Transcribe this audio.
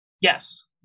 Yes